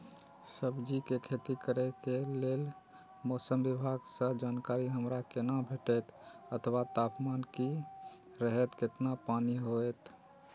सब्जीके खेती करे के लेल मौसम विभाग सँ जानकारी हमरा केना भेटैत अथवा तापमान की रहैत केतना पानी होयत?